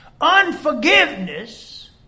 Unforgiveness